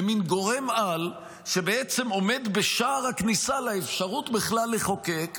למין גורם-על שבעצם עומד בשער הכניסה לאפשרות בכלל לחוקק.